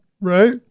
right